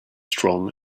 strong